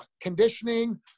conditioning